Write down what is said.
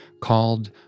called